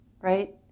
right